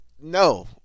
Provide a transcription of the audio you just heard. No